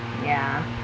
ya